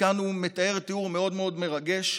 וכאן הוא מתאר תיאור מאוד מאוד מרגש,